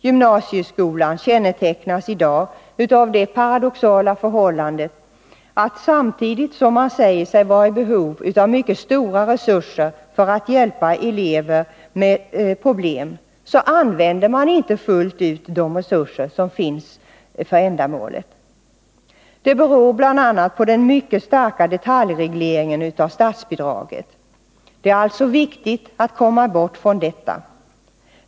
Gymnasieskolan kännetecknas i dag av det paradoxala förhållandet att samtidigt som man säger sig vara i behov av mycket stora insatser för att hjälpa elever med problem så använder man inte fullt ut de resurser som finns för ändamålet. Det beror på den mycket starka detaljregleringen av statsbidraget. Det är alltså viktigt att komma bort från detta.